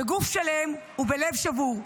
בגוף שלם ובלב שבור,